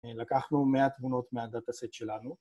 לקחנו מאה תמונות מהדאטה סט שלנו